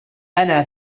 أنا